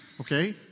Okay